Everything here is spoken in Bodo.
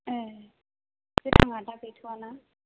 ए गोथाङा दा गैथ'आना